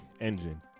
engine